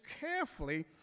carefully